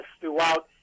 throughout